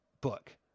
book